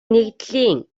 нэгдлийн